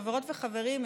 חברות וחברים,